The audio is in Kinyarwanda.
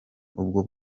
ubwo